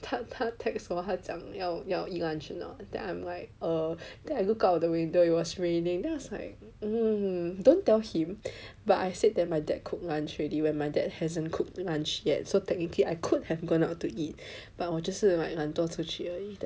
他他 text 我他讲要 eat lunch a not that I'm like err then I look out of the window it was raining then I was like um don't tell him but I said that my dad cook lunch already when my dad hasn't cooked lunch yet so technically I could have gone out to eat but 我就是 like 懒惰出去 that's it